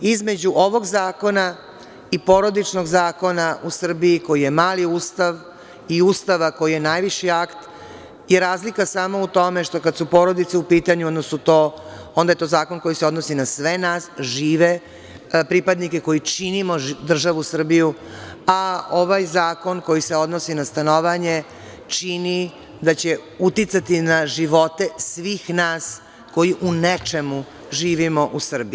Između ovog zakona i Porodičnog zakona u Srbiji koji je mali Ustav i Ustava koji je najviši akt je razlika samo u tome kad su porodice u pitanju onda je to zakon koji se odnosi na sve nas žive pripadnike koji činimo državu Srbiju, a ovaj zakon koji se odnosi na stanovanje čini da će uticati na živote svih nas koji u nečemu živimo u Srbiji.